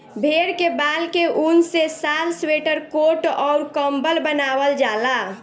भेड़ के बाल के ऊन से शाल स्वेटर कोट अउर कम्बल बनवाल जाला